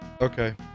Okay